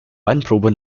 weinprobe